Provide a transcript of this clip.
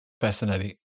Fascinating